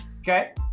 okay